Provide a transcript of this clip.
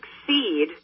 succeed